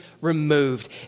removed